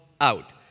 out